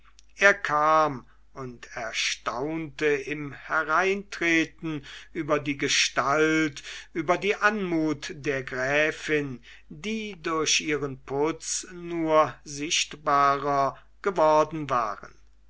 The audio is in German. er kam und erstaunte im hereintreten über die gestalt über die anmut der gräfin die durch ihren putz nur sichtbarer geworden waren